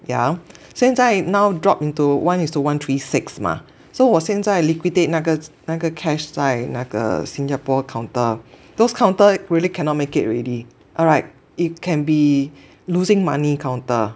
yeah 现在 now drop into one is to one three six mah so 我现在 liquidate 那个那个 cash 在那个新加坡 counter those counter really cannot make it already alright it can be losing money counter